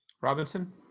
Robinson